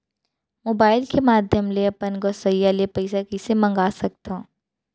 Mobile के माधयम ले अपन गोसैय्या ले पइसा कइसे मंगा सकथव?